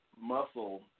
muscle